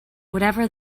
whatever